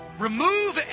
Remove